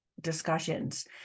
discussions